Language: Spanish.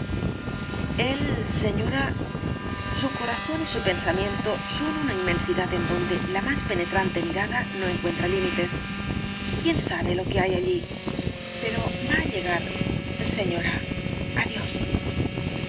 el señora su corazón y su pensamiento son una inmensidad en donde la más penetrante mirada no encuentra límites quién sabe lo que hay allí pero va á llegar señora adiós